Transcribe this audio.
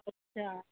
અચ્છા